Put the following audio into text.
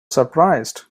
surprised